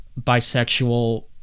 Bisexual